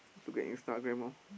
let's look Instagram loh